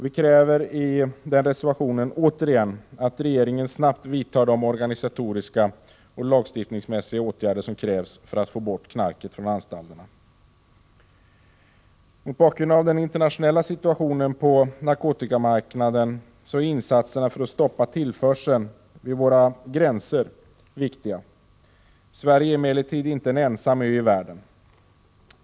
Vi kräver i vår reservation återigen att regeringen snabbt vidtar de organisatoriska och lagstiftningsmässiga åtgärder som krävs för att få bort knarket från anstalterna. Herr talman! Mot bakgrund av den internationella situationen på narkotikamarknaden är insatserna för att stoppa tillförseln vid våra gränser viktiga. Sverige är emellertid inte en ensam ö i världen.